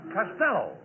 Costello